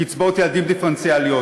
קצבאות ילדים דיפרנציאליות,